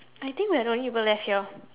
I think we're the only people left here